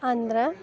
ಅಂದ್ರೆ